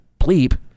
Bleep